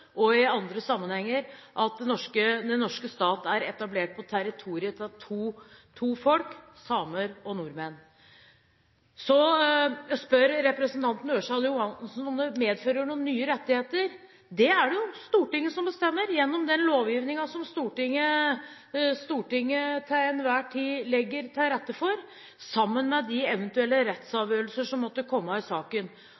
og i andre sammenhenger sier at den norske stat er etablert på territoriet til to folk, samer og nordmenn. Så spør representanten Ørsal Johansen om det medfører noen nye rettigheter. Det er det Stortinget som bestemmer gjennom den lovgivningen som Stortinget til enhver tid legger til rette for, sammen med de eventuelle